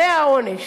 זה העונש.